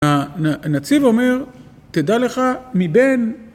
הנציב אומר: תדע לך, מבין